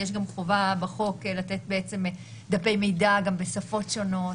יש גם חובה בחוק לתת דפי מידע בשפות שונות.